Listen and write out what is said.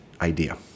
idea